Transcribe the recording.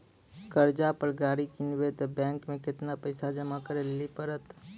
कर्जा पर गाड़ी किनबै तऽ बैंक मे केतना पैसा जमा करे लेली पड़त?